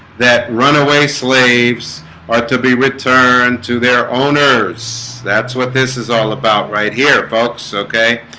that runaway slaves are to be returned to their owners that's what this is all about right here. folks. okay,